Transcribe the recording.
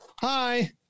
Hi